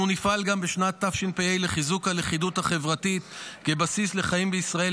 אנחנו נפעל גם בשנת התשפ"ה לחיזוק הלכידות החברתית כבסיס לחיים בישראל,